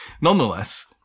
Nonetheless